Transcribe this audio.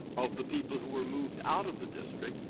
of the people who were moved out of the district,